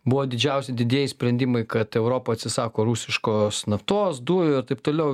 buvo didžiausi didieji sprendimai kad europa atsisako rusiškos naftos dujų ir taip toliau